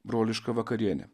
broliška vakarienė